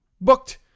booked